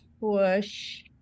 push